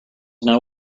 know